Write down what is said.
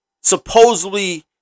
supposedly